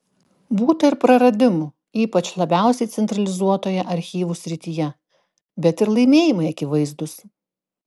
būta ir praradimų ypač labiausiai centralizuotoje archyvų srityje bet ir laimėjimai akivaizdūs